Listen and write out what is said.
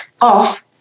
off